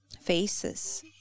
faces